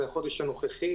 זה החודש הנוכחי,